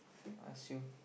ask you